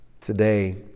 Today